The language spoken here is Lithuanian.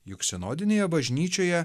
juk sinodinėje bažnyčioje